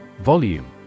Volume